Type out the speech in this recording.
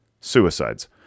suicides